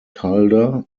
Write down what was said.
calder